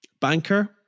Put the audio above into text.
banker